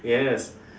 yes